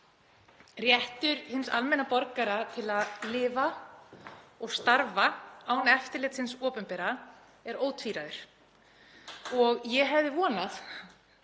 Réttur hins almenna borgara til að lifa og starfa án eftirlits hins opinbera er ótvíræður. Ég hefði vonað